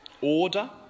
order